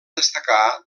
destacar